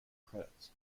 credits